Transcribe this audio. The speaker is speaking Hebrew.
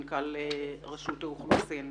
מנכ"ל רשות האוכלוסין.